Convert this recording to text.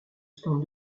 stands